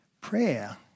Prayer